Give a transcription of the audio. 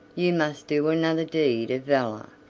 you must do another deed of valor.